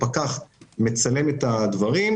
אחרי שהפקח מצלם את הדברים,